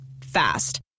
Fast